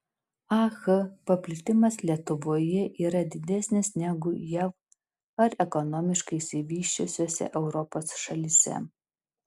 ah paplitimas lietuvoje yra didesnis negu jav ar ekonomiškai išsivysčiusiose europos šalyse